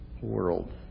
world